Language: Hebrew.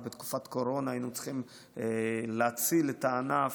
ובתקופת הקורונה היינו צריכים להציל את הענף,